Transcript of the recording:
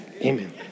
Amen